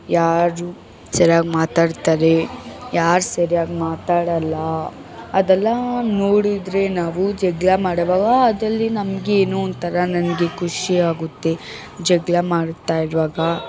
ಯಾರು ಸರಿಯಾಗ್ ಮಾತಾಡ್ತಾರೆ ಯಾರು ಸರಿಯಾಗ್ ಮಾತಾಡಲ್ಲ ಅದೆಲ್ಲ ನೋಡಿದರೆ ನಾವು ಜಗಳ ಮಾಡೋವಾಗ ಅದರಲ್ಲಿ ನಮಗೆ ಏನೋ ಒಂಥರ ನನಗೆ ಖುಷಿ ಆಗುತ್ತೆ ಜಗಳ ಮಾಡ್ತಾ ಇರುವಾಗ